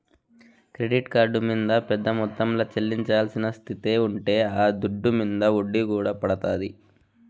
credit card మింద పెద్ద మొత్తంల చెల్లించాల్సిన స్తితే ఉంటే ఆ దుడ్డు మింద ఒడ్డీ కూడా పడతాది